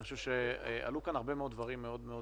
אני חושב שעלו כאן הרבה מאוד דברים מאוד משמעותיים.